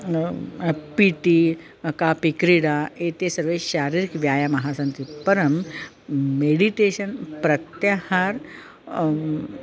P टि कापि क्रीडा एते सर्वे शारीरिकव्यायामः सन्ति परं मेडिटेशन् प्रत्यहारः